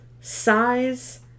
size